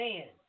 Man